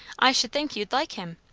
i should think you'd like him.